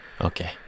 Okay